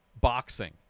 boxing